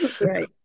Right